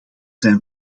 zijn